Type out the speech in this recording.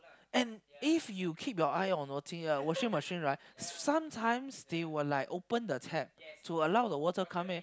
and if you keep your eyes on the watching right washing machine right sometimes they will open the tap to allow water to come in